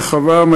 רחבעם,